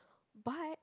but